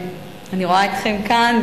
אני רואה אתכם כאן,